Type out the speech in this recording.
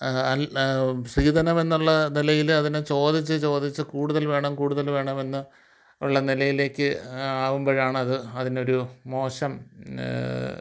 സ്ത്രീധനമെന്നുള്ള നിലയിൽ അതിനെ ചോദിച്ചു ചോദിച്ചു കൂടുതൽ വേണം കൂടുതൽ വേണമെന്നുള്ള നിലയിലേക്ക് ആകുമ്പോഴാണ് അത് അത് അതിനൊരു മോശം